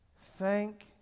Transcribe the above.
Thank